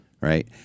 right